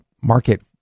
market